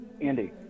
andy